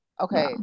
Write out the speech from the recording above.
okay